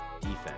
defense